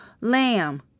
lamb